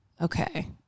Okay